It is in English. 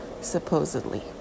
Supposedly